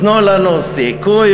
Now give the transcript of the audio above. תנו לנו סיכוי,